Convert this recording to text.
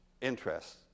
interests